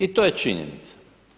I to je činjenica.